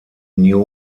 new